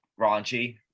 raunchy